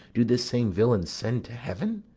do this same villain send to heaven.